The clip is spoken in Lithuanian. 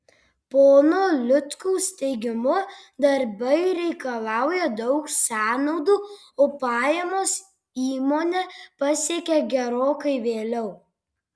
pono liutkaus teigimu darbai reikalauja daug sąnaudų o pajamos įmonę pasiekia gerokai vėliau